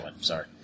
Sorry